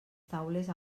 taules